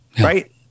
right